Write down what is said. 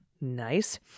Nice